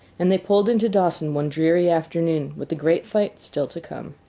and they pulled into dawson one dreary afternoon with the great fight still to come.